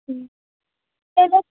ਹਮ ਚਲੋ